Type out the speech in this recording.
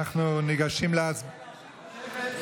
אנחנו ניגשים להצבעה.